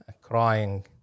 crying